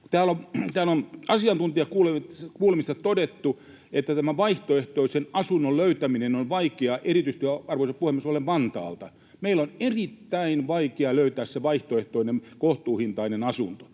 Täällä on asiantuntijakuulemisissa todettu, että vaihtoehtoisen asunnon löytäminen on vaikeaa. Arvoisa puhemies, olen Vantaalta, ja meillä on erittäin vaikea löytää se vaihtoehtoinen kohtuuhintainen asunto.